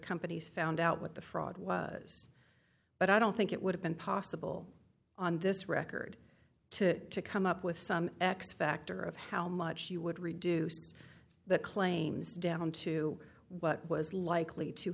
companies found out what the fraud was but i don't think it would have been possible on this record to come up with some x factor of how much you would reduce the claims down to what was likely to